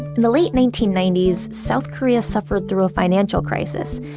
in the late nineteen ninety s, south korea suffered through a financial crisis.